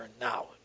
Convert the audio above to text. now